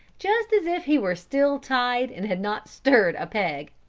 just as if he were still tied and had not stirred a peg.